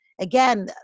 Again